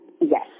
yes